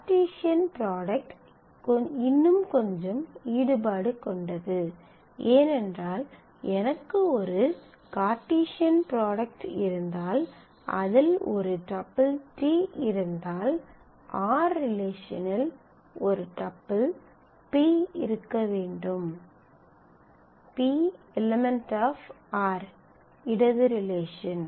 Cartesian product இன்னும் கொஞ்சம் ஈடுபாடு கொண்டது ஏனென்றால் எனக்கு ஒரு கார்ட்டீசியன் ப்ராடக்ட் இருந்தால் அதில் ஒரு டப்பிள் t இருந்தால் r ரிலேஷனில் ஒரு டப்பிள் tuple p இருக்க வேண்டும் p € r இடது ரிலேஷன்